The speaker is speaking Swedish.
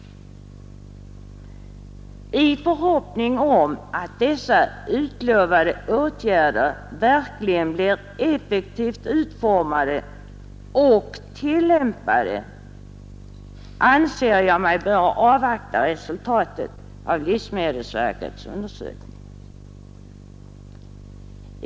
I förhoppning om att de utlovade bestämmelserna verkligen blir effektivt utformade och tillämpade anser jag mig böra avvakta resultatet av livsmedelsverkets undersökning.